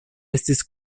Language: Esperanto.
estis